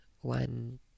one